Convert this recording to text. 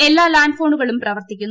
എല്ലാ ലാന്റ് ഫോണുകളും പ്രവർത്തിക്കുന്നു